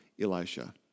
Elisha